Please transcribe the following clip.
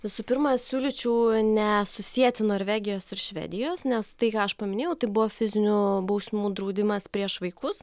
visų pirma siūlyčiau nesusieti norvegijos ir švedijos nes tai ką aš paminėjau tai buvo fizinių bausmių draudimas prieš vaikus